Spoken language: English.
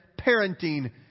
parenting